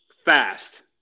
fast